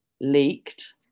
leaked